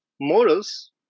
morals